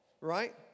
right